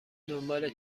دنبال